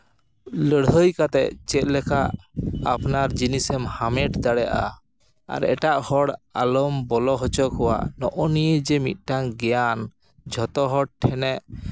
ᱞᱟᱹᱲᱦᱟᱹᱭ ᱠᱟᱛᱮ ᱪᱮᱫ ᱞᱮᱠᱟ ᱟᱯᱱᱟᱨ ᱡᱤᱱᱤᱥ ᱮᱢ ᱦᱟᱢᱮᱴ ᱫᱟᱲᱮᱜᱼᱟ ᱟᱨ ᱮᱴᱟᱜ ᱦᱚᱲ ᱟᱞᱚᱢ ᱵᱚᱞᱚ ᱦᱚᱪᱚ ᱠᱚᱣᱟ ᱱᱚᱜᱼᱚᱭ ᱱᱤᱭᱟᱹ ᱡᱮ ᱢᱤᱫᱴᱟᱱ ᱜᱮᱭᱟᱱ ᱡᱷᱚᱛᱚ ᱦᱚᱲ ᱴᱷᱮᱱᱮ